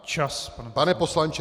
Čas, pane poslanče!